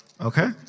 Okay